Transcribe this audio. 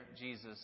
Jesus